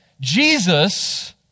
Jesus